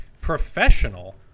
professional